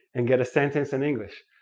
and get a sentence in english.